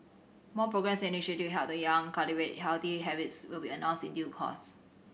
more programmes and initiative to help the young cultivate healthy habits will be announced in due course